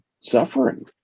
suffering